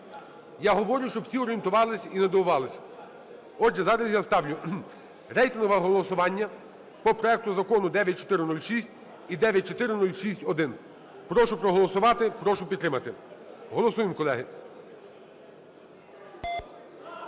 Я говорю, щоб всі орієнтувались і не дивувались. Отже, зараз я ставлю рейтингове голосування по проекту Закону 9406 і 9406-1. Прошу проголосувати, прошу підтримати. Голосуємо, колеги.